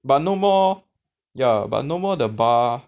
but no more ya but no more the bar